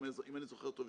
אם אני זוכר טוב,